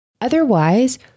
Otherwise